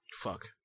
Fuck